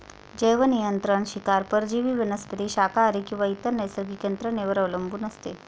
जैवनियंत्रण शिकार परजीवी वनस्पती शाकाहारी किंवा इतर नैसर्गिक यंत्रणेवर अवलंबून असते